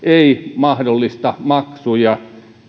ei mahdollista maksuja eu ja eta